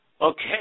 Okay